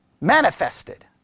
manifested